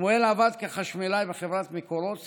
שמואל עבד כחשמלאי בחברת מקורות